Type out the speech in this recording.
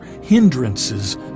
hindrances